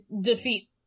defeat